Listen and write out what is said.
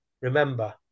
Remember